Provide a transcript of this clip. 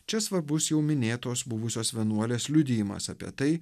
čia svarbus jau minėtos buvusios vienuolės liudijimas apie tai